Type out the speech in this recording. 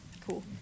Cool